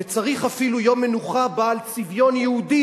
וצריך אפילו יום מנוחה בעל צביון יהודי,